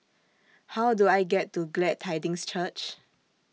How Do I get to Glad Tidings Church